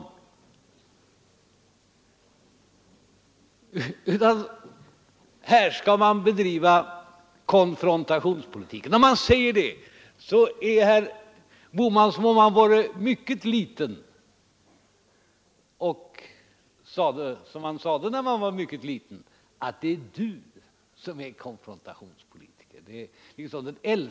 När jag påstår att herr Bohman bedriver konfrontationspolitik svarar han med det äldsta av alla argument: Än du då, det är du som är konfrontationspolitiker!